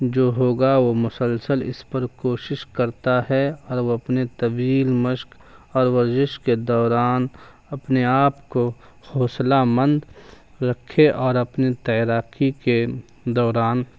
جو ہوگا وہ مسلسل اس پر کوشش کرتا ہے اور وہ اپنے طویل مشق اور ورزش کے دوران اپنے آپ کو حوصلہ مند رکھے اور اپنی تیراکی کے دوران